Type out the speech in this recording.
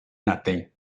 nothing